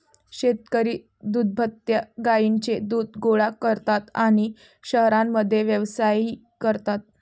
शेतकरी दुभत्या गायींचे दूध गोळा करतात आणि शहरांमध्ये व्यवसायही करतात